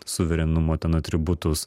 suverenumo ten atributus